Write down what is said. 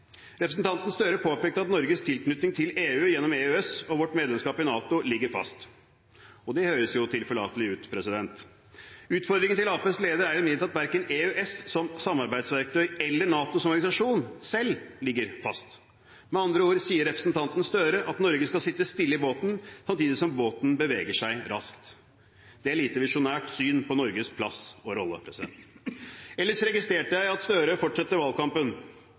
Representanten Gahr Støre påpekte at Norges tilknytning til EU gjennom EØS og vårt medlemskap i NATO ligger fast – og det høres jo tilforlatelig ut. Utfordringen til Arbeiderpartiets leder er imidlertid at verken EØS som samarbeidsverktøy eller NATO som organisasjon selv ligger fast. Med andre ord sier representanten Gahr Støre at Norge skal sitte stille i båten samtidig som båten beveger seg raskt. Det er et lite visjonært syn på Norges plass og rolle. Ellers registrerte jeg at Gahr Støre fortsetter valgkampen.